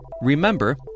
remember